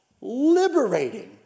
liberating